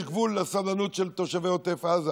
יש גבול לסבלנות של תושבי עוטף עזה